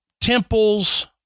temples